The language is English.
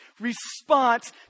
response